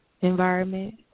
environment